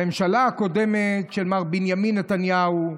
הממשלה הקודמת של מר בנימין נתניהו,